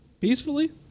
Peacefully